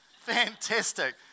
Fantastic